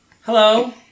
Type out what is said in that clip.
Hello